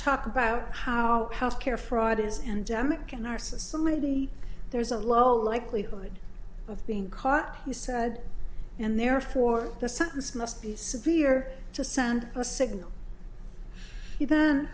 talk about how health care fraud is and demick in our society there is a low likelihood of being caught he said and therefore the sentence must be severe to send a signal he then